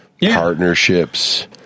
partnerships